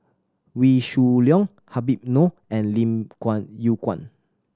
Wee Shoo Leong Habib Noh and Lim Kuan Yew Kuan